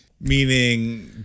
Meaning